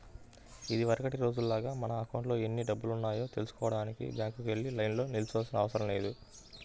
ఇదివరకటి రోజుల్లాగా మన అకౌంట్లో ఎన్ని డబ్బులున్నాయో తెల్సుకోడానికి బ్యాంకుకి వెళ్లి లైన్లో నిల్చోనవసరం లేదు